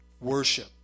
worship